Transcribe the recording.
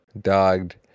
dogged